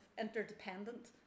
interdependent